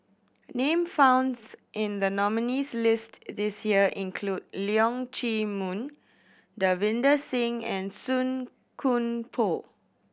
name founds in the nominees' list this year include Leong Chee Mun Davinder Singh and Song Koon Poh